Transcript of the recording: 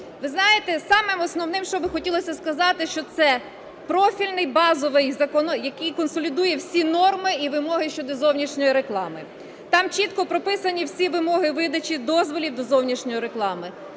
Ви знаєте, самим основним, що хотілося сказати, що це профільний базовий закон, який консолідує всі норми і вимоги щодо зовнішньої реклами. Там чітко прописані всі вимоги видачі дозволів до зовнішньої реклами.